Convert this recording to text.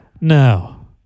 No